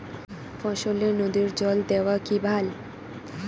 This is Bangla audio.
ফসলে নদীর জল দেওয়া কি ভাল?